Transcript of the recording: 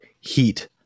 heat